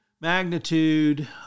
magnitude